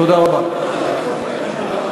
תודה רבה.